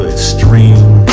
extreme